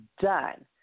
done